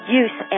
use